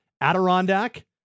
Adirondack